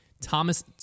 Thomas